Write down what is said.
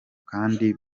kandi